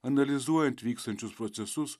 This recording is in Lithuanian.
analizuojant vykstančius procesus